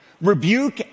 rebuke